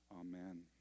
Amen